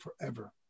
forever